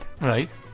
Right